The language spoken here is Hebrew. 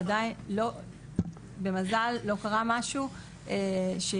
עדיין במזל לא קרה משהו שנפגעתי,